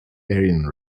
aryan